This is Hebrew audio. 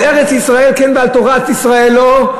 על ארץ-ישראל כן ועל תורת ישראל לא?